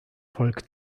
volk